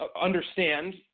understand